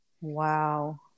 wow